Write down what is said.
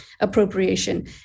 appropriation